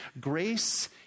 grace